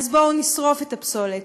אז בואו נשרוף את הפסולת.